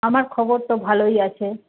আমার খবর তো ভালোই আছে